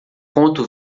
conto